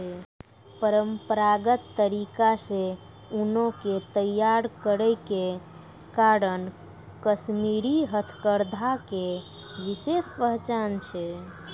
परंपरागत तरीका से ऊनो के तैय्यार करै के कारण कश्मीरी हथकरघा के विशेष पहचान छै